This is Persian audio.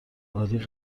عالی